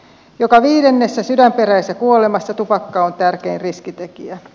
joka viidennessä sydänperäisessä kuolemassa tupakka on tärkein riskitekijä